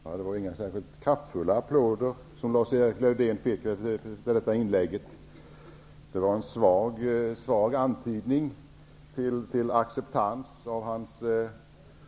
Herr talman! Det var inte särskilt kraftfulla applåder som Lars-Erik Lövdén fick efter detta inlägg. Det var en svag antydan till acceptans.